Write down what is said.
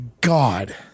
God